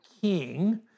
king